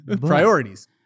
Priorities